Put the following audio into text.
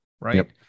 right